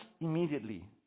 immediately